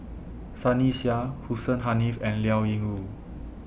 Sunny Sia Hussein Haniff and Liao Yingru